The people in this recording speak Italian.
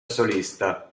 solista